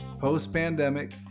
post-pandemic